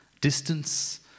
distance